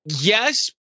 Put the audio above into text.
Yes